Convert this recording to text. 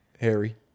Harry